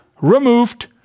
removed